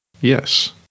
Yes